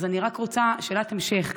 אני רק רוצה שאלת המשך.